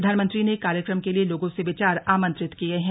प्रधानमंत्री ने कार्यक्रम के लिए लोगों से विचार आमंत्रित किए हैं